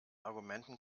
argumenten